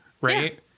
right